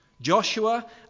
Joshua